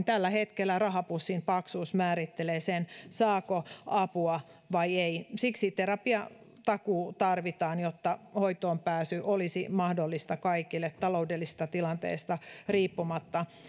tällä hetkellä rahapussin paksuus määrittelee sen saako apua vai ei terapiatakuu tarvitaan jotta hoitoonpääsy olisi mahdollista kaikille taloudellisesta tilanteesta riippumatta